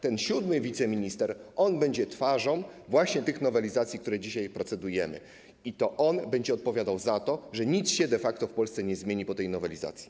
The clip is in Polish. Ten siódmy wiceminister będzie twarzą właśnie tych nowelizacji, nad którymi dzisiaj procedujemy, i to on będzie odpowiadał za to, że nic się de facto w Polsce nie zmieni po tej nowelizacji.